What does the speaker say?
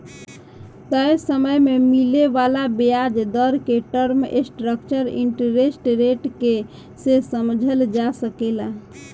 तय समय में मिले वाला ब्याज दर के टर्म स्ट्रक्चर इंटरेस्ट रेट के से समझल जा सकेला